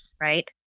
right